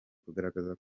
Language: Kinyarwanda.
kugaragaza